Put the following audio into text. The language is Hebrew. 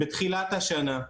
בתחילת השנה.